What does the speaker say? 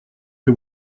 que